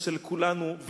ושל כולנו,